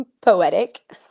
poetic